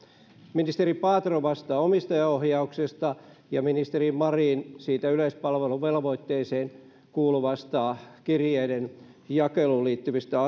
ministeri paatero vastaa omistajaohjauksesta ja ministeri marin yleispalveluvelvoitteeseen kuuluvista kirjeiden jakeluun liittyvistä